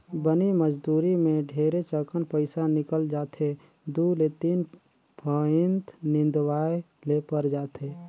बनी मजदुरी मे ढेरेच अकन पइसा निकल जाथे दु ले तीन फंइत निंदवाये ले पर जाथे